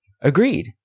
agreed